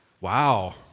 Wow